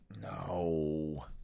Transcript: No